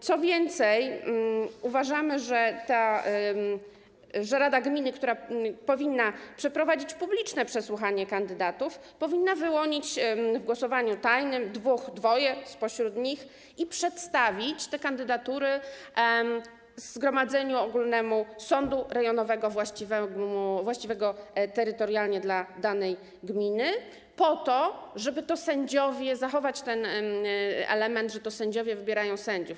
Co więcej, uważamy, że rada gminy, która powinna przeprowadzić publiczne przesłuchanie kandydatów, powinna wyłonić w głosowaniu tajnym dwóch, dwoje spośród nich i przedstawić te kandydatury zgromadzeniu ogólnemu sądu rejonowego właściwego terytorialnie dla danej gminy, po to żeby zachować ten element, że to sędziowie wybierają sędziów.